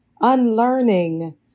unlearning